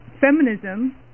feminism